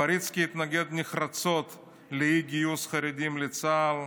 פריצקי התנגד נחרצות לאי-גיוס חרדים לצה"ל,